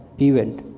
event